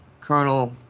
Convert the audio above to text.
Colonel